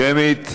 שמית?